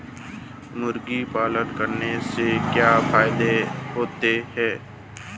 मुर्गी पालन करने से क्या फायदा होता है?